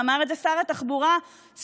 ואמר את זה שר התחבורה סמוטריץ',